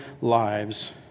lives